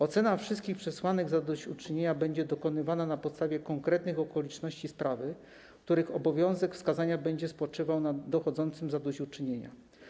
Ocena wszystkich przesłanek zadośćuczynienia będzie dokonywana na podstawie konkretnych okoliczności sprawy, których obowiązek wskazania będzie spoczywał na dochodzącym zadośćuczynienia.